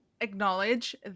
acknowledge